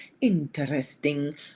interesting